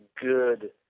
good